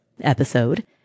episode